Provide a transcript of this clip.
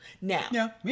Now